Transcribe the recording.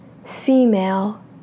female